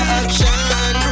action